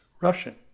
Russian